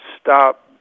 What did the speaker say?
stop